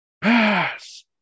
pass